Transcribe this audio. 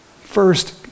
First